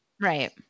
Right